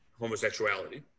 homosexuality